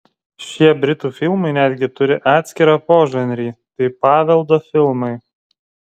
šie britų filmai netgi turi atskirą požanrį tai paveldo filmai